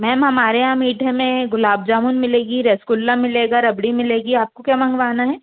ma'am हमारे यहाँ मीठे में गुलाब जामुन मिलेंगे रसगुल्ला मिलेगा रबड़ी मिलेगी आपको क्या मंगवाना है